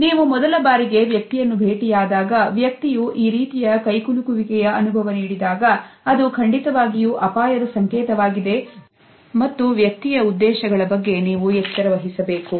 ನೀವು ಮೊದಲ ಬಾರಿಗೆ ವ್ಯಕ್ತಿಯನ್ನು ಭೇಟಿಯಾದಾಗ ವ್ಯಕ್ತಿಯು ಈ ರೀತಿಯ ಕೈಕುಲುಕು ವಿಕೆಯ ಅನುಭವ ನೀಡಿದಾಗ ಅದು ಖಂಡಿತವಾಗಿಯೂ ಅಪಾಯದ ಸಂಕೇತವಾಗಿದೆ ಮತ್ತು ವ್ಯಕ್ತಿಯ ಉದ್ದೇಶಗಳ ಬಗ್ಗೆ ನೀವು ಎಚ್ಚರವಹಿಸಬೇಕು